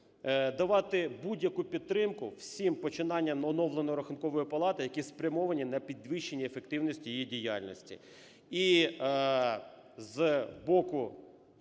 давати будь-яку підтримку всім починанням оновленої Рахункової палати, які спрямовані на підвищення ефективності її діяльності.